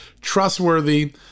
trustworthy